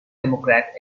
democrat